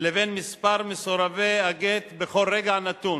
לבין מספר מסורבי הגט בכל רגע נתון.